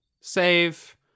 save